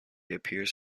appears